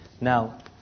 Now